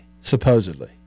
supposedly